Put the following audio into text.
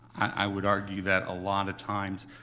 i would argue that a lot of times,